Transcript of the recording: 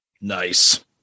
Nice